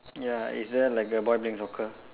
ya is there like a boy playing soccer